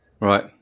Right